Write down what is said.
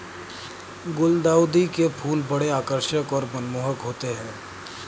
गुलदाउदी के फूल बड़े आकर्षक और मनमोहक होते हैं